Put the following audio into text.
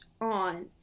on